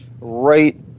right